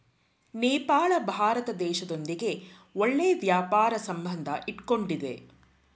ನೇಪಾಳ ಭಾರತ ದೇಶದೊಂದಿಗೆ ಒಳ್ಳೆ ವ್ಯಾಪಾರ ಸಂಬಂಧ ಇಟ್ಕೊಂಡಿದ್ದೆ